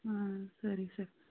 ಹಾಂ ಸರಿ ಸರ್